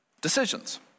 decisions